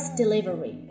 delivery